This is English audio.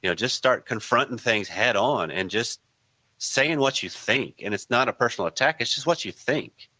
you know just start confronting things head on and just saying what you think and it's not a personal attack, this is what you think.